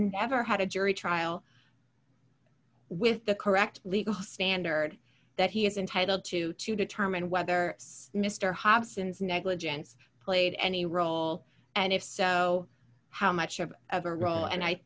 never had a jury trial with the correct legal standard that he is entitled to to determine whether mr hobson's negligence played any role and if so how much of a role and i